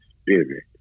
Spirit